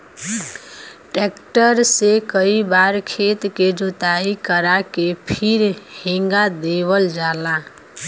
tractor से कई बार खेत के जोताई करा के फिर हेंगा देवल जाला